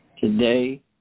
Today